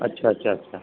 अच्छा अच्छा अच्छा